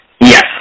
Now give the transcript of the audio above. Yes